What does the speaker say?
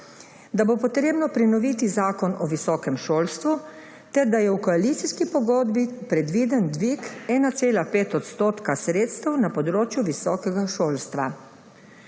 da bo treba prenoviti Zakon o visokem šolstvu ter da je v koalicijski pogodbi predviden dvig 1,5 % sredstev na področju visokega šolstva.